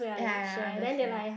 ya ya I understand